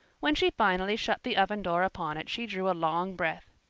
when she finally shut the oven door upon it she drew a long breath.